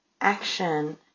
Action